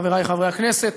חברי חברי הכנסת,